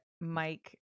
Mike